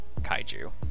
kaiju